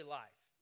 life